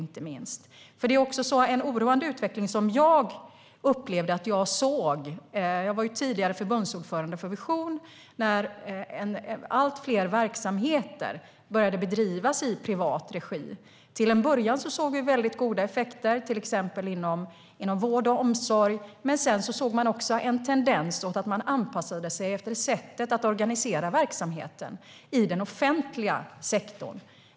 Jag vill ta upp en oroande utveckling som jag sett. När jag tidigare var förbundsordförande för Vision började allt fler verksamheter bedrivas i privat regi. Till en början såg vi väldigt goda effekter, till exempel inom vård och omsorg. Men sedan såg vi en tendens åt att man anpassade sig efter sättet att organisera verksamheten i den offentliga sektorn.